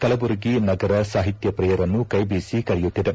ಕಲಬುರಗಿ ನಗರ ಸಾಹಿತ್ಯಪ್ರಿಯರನ್ನು ಕೈಬೀಸಿ ಕರೆಯುತ್ತಿದೆ